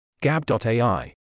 Gab.ai